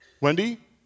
Wendy